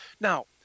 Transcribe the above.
Now